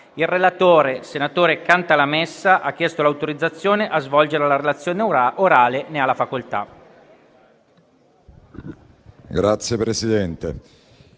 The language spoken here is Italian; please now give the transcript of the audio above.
Il relatore, senatore Cantalamessa, ha chiesto l'autorizzazione a svolgere la relazione orale. Non facendosi